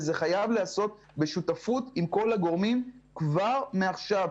וזה חייב להיעשות בשותפות עם כל הגורמים כבר מעכשיו.